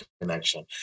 connection